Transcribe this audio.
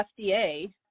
FDA